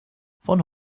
von